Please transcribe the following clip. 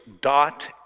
dot